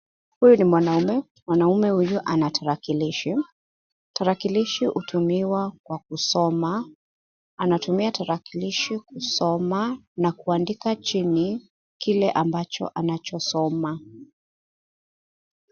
Huyu ni mwanaume. Mwanaume huyu ana tarakilishi. Tarakilishi hutumiwa kwa kusoma . Anatumia tarakilishi kusoma na kuandika chini kile ambacho anachosoma.